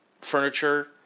furniture